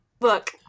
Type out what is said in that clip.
Look